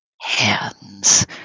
hands